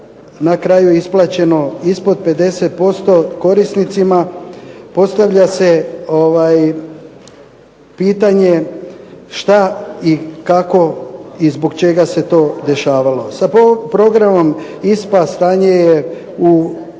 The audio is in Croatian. na kraju isplaćeno ispod 50% korisnicima postavlja se pitanje šta i kako i zbog čega se to dešavalo. Sa programom ISPA stanje je u